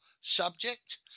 subject